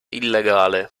illegale